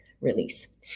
release